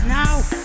now